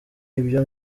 ibyo